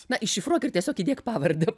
na iššifruok ir tiesiog įdėk pavardę